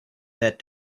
that